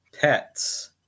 pets